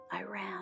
Iran